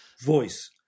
voice